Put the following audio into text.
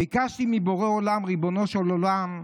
ביקשתי מבורא עולם: ריבונו של עולם,